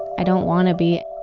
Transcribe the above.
i don't want to be.